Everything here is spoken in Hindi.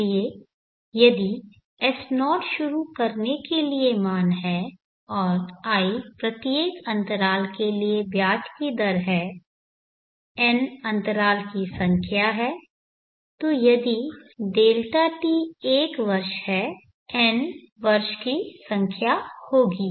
इसलिए यदि S0 शुरू करने के लिए मान है और i प्रत्येक अंतराल के लिए ब्याज की दर है n अंतराल की संख्या है तो यदि Δt 1 वर्ष है n वर्ष की संख्या होगी